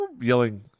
yelling